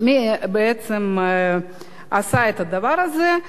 מי בעצם עשה את הדבר הזה?